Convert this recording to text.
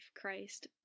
Christ